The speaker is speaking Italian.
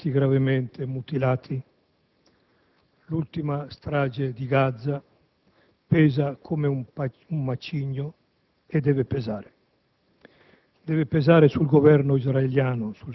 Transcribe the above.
e altri bambini ancora feriti gravemente, mutilati. L'ultima strage di Gaza pesa come un macigno e deve pesare.